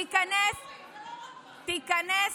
תיכנס